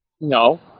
no